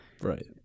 Right